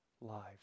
lives